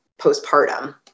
postpartum